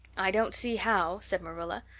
i don't see how, said marilla.